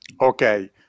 okay